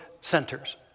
centers